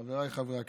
חבריי חברי הכנסת,